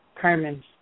Carmen